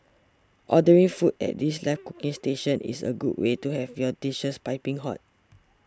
ordering foods at these live cooking stations is a good way to have your dishes piping hot